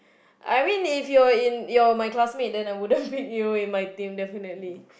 I mean if you are my classmate then I wouldn't pick you in my team